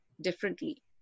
differently